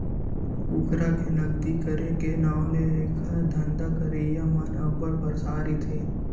कुकरी के गंदगी करे के नांव ले एखर धंधा करइया मन अब्बड़ परसान रहिथे